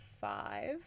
Five